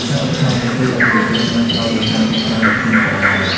ការឧបត្ថម្ភនេះ ជួយឱ្យយុវជនអាចផ្តោតលើការសិក្សាដោយគ្មានកង្វល់។